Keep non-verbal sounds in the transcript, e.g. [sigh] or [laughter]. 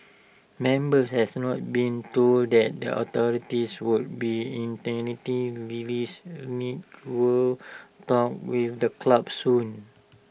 members has not been told that the authorities would be [unintelligible] lilies [unintelligible] talks with the club soon